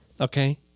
Okay